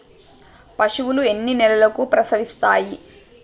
పశువులు ఎన్ని నెలలకు ప్రసవిస్తాయి?